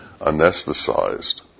anesthetized